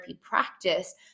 practice